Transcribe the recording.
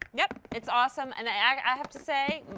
yes it's awesome. and i have to say,